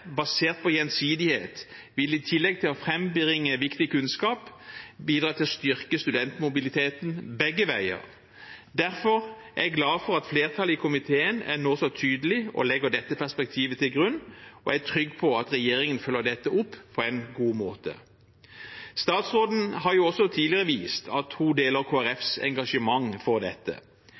basert på gjensidighet vil i tillegg til å frambringe viktig kunnskap bidra til å styrke studentmobiliteten begge veier. Derfor er jeg glad for at flertallet i komiteen nå er så tydelig og legger dette perspektivet til grunn, og jeg er trygg på at regjeringen følger dette opp på en god måte. Statsråden har også tidligere vist at hun deler Kristelig Folkepartis engasjement for dette.